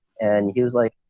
and he was like,